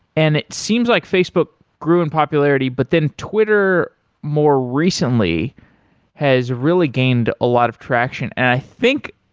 and it seems like facebook grew in popularity, but then twitter more recently has really gained a lot of traction. and i think,